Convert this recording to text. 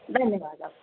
धन्यवादाः